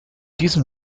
diesem